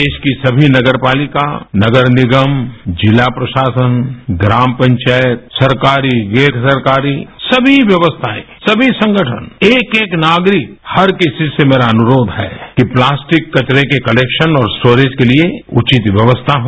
देश की सभी नगरपालिका नगरनिगम जिला प्रशासन ग्राम पंचायत सरकारी गैरसरकारी सभी व्यवस्थाएँ सभी संगठन एक एक नागरिक हर किसी से मेरा अन्याय है कि प्लास्टिक कचरे के क्लेकरान और स्टोरेज के लिए उचित व्यवस्था हो